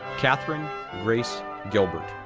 kathryn grace gilbert,